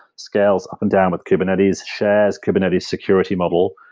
scales up and down with kubernetes, shares kubernetes security model,